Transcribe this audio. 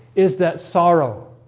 is that sorrow?